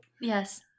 Yes